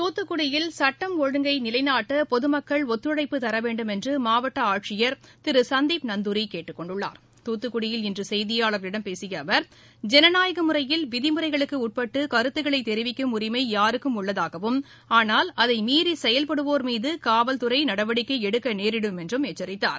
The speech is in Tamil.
தூத்துக்குடியில் சட்டம் ஒழுங்கை நிலைநாட்ட பொதுமக்கள் ஒத்துழைப்பு தரவேண்டும் என்று மாவட்ட ஆட்சியர் திரு சந்தீப் நந்தூரி கேட்டுக்கொண்டுள்ளார் செய்தியாளர்களிடம் பேசிய அவர் தூத்துக்குடியில் இன்று ஜனநாயக முறையில் விதிமுறைகளுக்குட்பட்டு கருத்துக்களை தெரிவிக்கும் உரிமை யாருக்கும் உள்ளதாகவும் ஆனால் அதைமீறி செயல்படுவோர் மீது காவல்துறை நடவடிக்கை எடுக்க நேரிடும் என்றும் எச்சரித்தார்